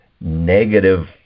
negative